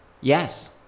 Yes